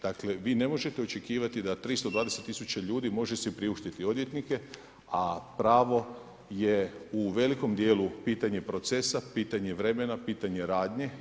Dakle vi ne možete očekivati da 320 tisuća ljudi može si priuštiti odvjetnike a pravo je u velikom dijelu pitanje procesa, pitanje vremena, pitanje radnji.